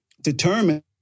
determine